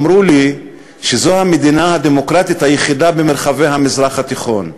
אמרו לי שזו המדינה הדמוקרטית היחידה במרחבי המזרח התיכון.